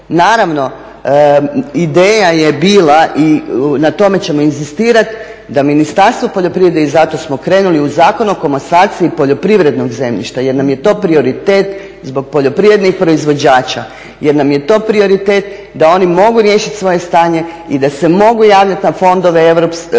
Naravno ideja je bila i na tome ćemo inzistirati da Ministarstvo poljoprivrede, i zato smo krenuli u Zakon o komasaciji poljoprivrednog zemljišta jer nam je to prioritete zbog poljoprivrednih proizvođača jer nam je to prioritet da oni mogu riješiti svoje stanje i da se mogu javljati na europske